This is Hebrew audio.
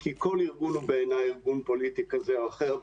כי כל ארגון הוא בעיניי ארגון פוליטי כזה או אחר,